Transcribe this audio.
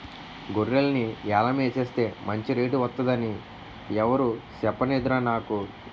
గొర్రెల్ని యాలం ఎసేస్తే మంచి రేటు వొత్తదని ఎవురూ సెప్పనేదురా నాకు